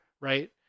right